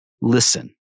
listen